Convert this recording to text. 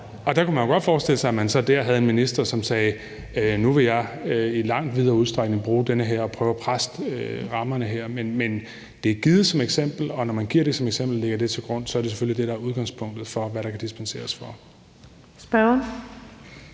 og der kunne man jo godt forestille sig, at man så dér havde en minister, som sagde: Nu vil jeg i langt videre udstrækning bruge det her og prøve at presse rammerne her. Det er givet som eksempel, og når man giver det som eksempel og lægger det til grund, er det selvfølgelig det, der er udgangspunktet for, hvad der kan dispenseres for. Kl.